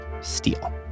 steel